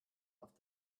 auf